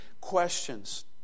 questions